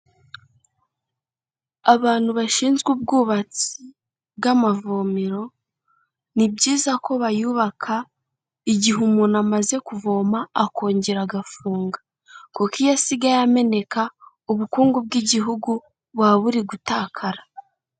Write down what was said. Abantu bashinzwe ubwubatsi bw'amavomero, ni byiza ko bayubaka igihe umuntu amaze kuvoma akongera agafunga, kuko iyo asigaye ameneka ubukungu bw'igihugu buba buri gutakara.